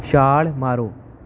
ਛਾਲ ਮਾਰੋ